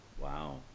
wow